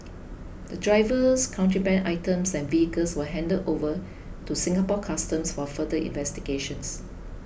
the drivers contraband items and vehicles were handed over to Singapore Customs for further investigations